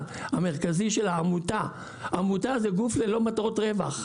המרכזי של העמותה עמותה זה גוף ללא מטרות רווח,